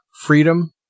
freedom